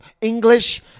English